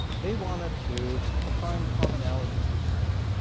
they wanted to find commonalities with china.